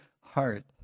heart